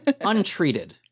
untreated